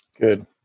Good